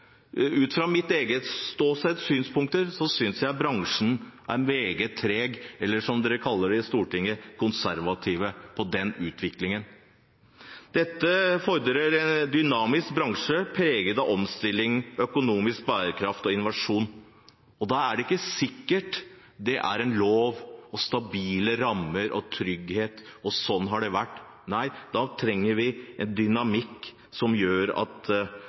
Ut fra mitt eget ståsted, ut fra mine synspunkter, er bransjen meget treg eller – som man kaller det i Stortinget – konservativ når det gjelder den utviklingen. Dette fordrer en dynamisk bransje preget av omstilling, økonomisk bærekraft og innovasjon. Da er det ikke sikkert det er en lov, stabile rammer, trygghet og «slik har det vært» vi trenger – nei, da trenger vi en dynamikk som gjør at